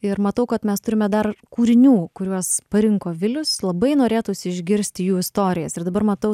ir matau kad mes turime dar kūrinių kuriuos parinko vilius labai norėtųsi išgirsti jų istorijas ir dabar matau